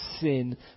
sin